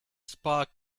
spark